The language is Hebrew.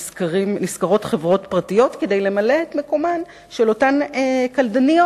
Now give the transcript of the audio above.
נשכרות חברות פרטיות כדי למלא את מקומן של אותן קלדניות,